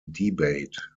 debate